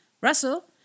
russell